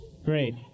Great